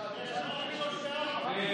3 ו-4.